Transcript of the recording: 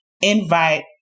invite